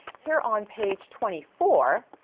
here on page twenty four,